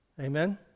Amen